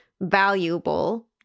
valuable